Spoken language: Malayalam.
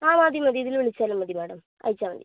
ആ മതി മതി ഇതില് വിളിച്ചാലും മതി മാഡം അയച്ചാൽ മതി